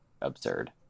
absurd